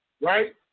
right